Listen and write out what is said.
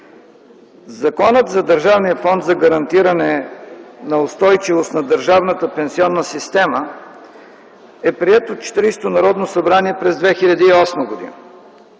Законът за Държавния фонд за гарантиране на устойчивост на държавната пенсионна система е приет от Четиридесетото Народно събрание през 2008 г.